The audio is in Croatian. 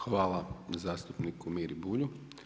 Hvala zastupniku Miri Bulju.